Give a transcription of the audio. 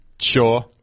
Sure